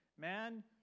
man